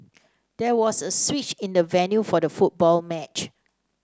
there was a switch in the venue for the football match